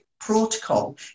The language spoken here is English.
protocol